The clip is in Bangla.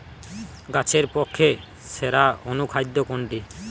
গাছের পক্ষে সেরা অনুখাদ্য কোনটি?